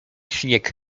śnieg